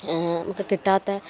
കിട്ടാത്ത